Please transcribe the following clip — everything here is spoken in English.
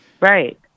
Right